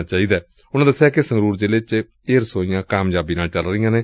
ਉਨੂਾ ਦਸਿਆ ਕਿ ਸੰਗਰੂਰ ਜ਼ਿਲ੍ਹੇ ਚ ਇਹ ਰਸੋਈਆ ਕਾਮਯਾਬੀ ਨਾਲ ਚੱਲ ਰਹੀਆਂ ਨੇ